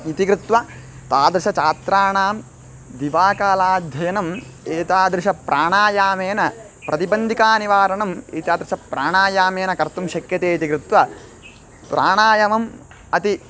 इति कृत्वा तादृशछात्राणां दिवाकालाध्ययनम् एतादृशं प्राणायामेन प्रतिबन्धिका निवारणम् एतादृशं प्राणायामेन कर्तुं शक्यते इति कृत्वा प्राणायामम् अति